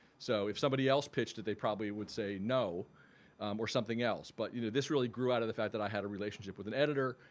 so if somebody else pitched it, they probably would say no or something else but you know this really grew out of the fact that i had a relationship with an editor.